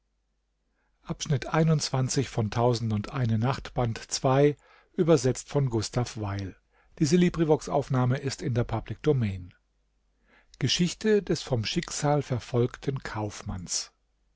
geschichte des vom schicksal